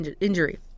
injury